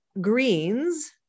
greens